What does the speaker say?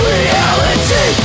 Reality